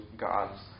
God's